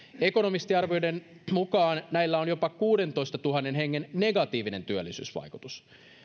ekonomistiarvioiden mukaan näillä on jopa kuudentoistatuhannen hengen negatiivinen työllisyysvaikutus